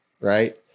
Right